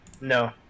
No